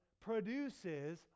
produces